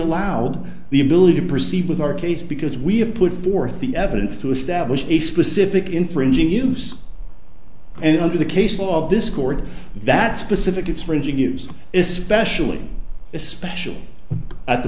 allowed the ability to proceed with our case because we have put forth the evidence to establish a specific infringing use and under the case law of this court that specific its range of use especially especially at the